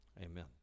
amen